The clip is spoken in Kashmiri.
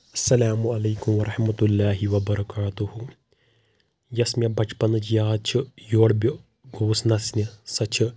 السلامُ علیکم ورحمتہ اللّٰہ وبرکاتہُ یۄس مےٚ بچپنٕچ یاد چھ یور بہٕ گوٚوُس نژنہِ سۄ چھ